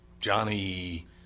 Johnny